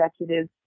executives